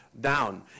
Down